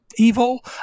evil